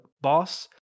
boss